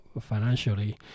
financially